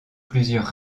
plusieurs